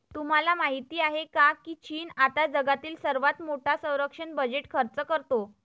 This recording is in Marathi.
तुम्हाला माहिती आहे का की चीन आता जगातील सर्वात मोठा संरक्षण बजेट खर्च करतो?